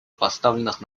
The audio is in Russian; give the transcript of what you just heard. поставленных